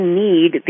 need